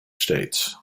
states